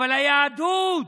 אבל היהדות,